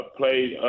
played